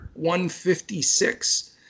156